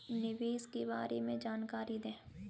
निवेश के बारे में जानकारी दें?